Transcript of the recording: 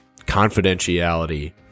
confidentiality